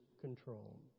control